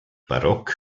barock